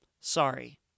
Sorry